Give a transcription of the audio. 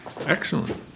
Excellent